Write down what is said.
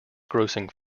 grossing